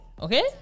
Okay